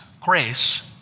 grace